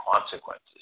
consequences